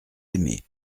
aimé